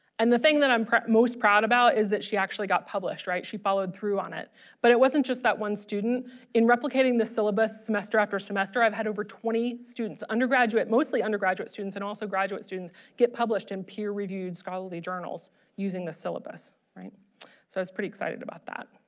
and the thing that i'm most proud about is that she actually got published right she followed through on it but it wasn't just that one student in replicating the syllabus semester after semester i've had over twenty students undergraduate mostly undergraduate students and also graduate students get published in peer-reviewed scholarly journals using the syllabus right so it's pretty excited about that.